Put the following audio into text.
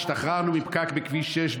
השתחררנו מפקק בכביש 6,